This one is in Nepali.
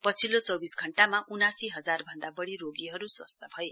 पछिल्लो चौविस घण्टामा उनासी हजार भन्दा बढी रोगीहरू स्वस्थ भए